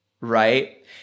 right